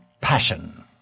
passion